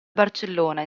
barcellona